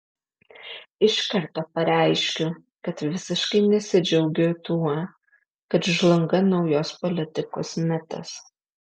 iš karto pareiškiu kad visiškai nesidžiaugiu tuo kad žlunga naujos politikos mitas